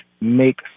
make